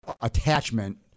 attachment